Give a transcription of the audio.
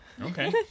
okay